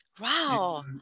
Wow